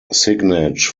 signage